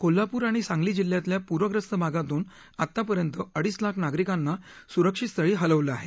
कोल्हापूर आणि सांगली जिल्ह्यातल्या पूरग्रस्त भागातून आत्तापर्यंत अडीच लाख नागरिकांना सुरक्षित स्थळी हलवलं आहे